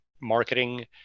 marketing